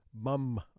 mum